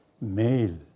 male